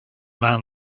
man